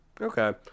Okay